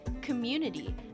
community